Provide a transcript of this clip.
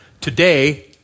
Today